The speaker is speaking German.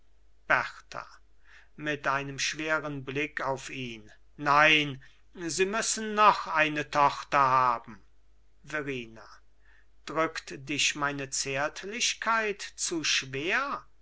berta mit einem schweren blick auf ihn nein sie müssen noch eine tochter haben verrina drückt dich meine zärtlichkeit zu schwer